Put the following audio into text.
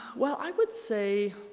well i would say